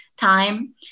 time